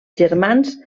germans